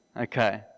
Okay